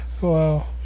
wow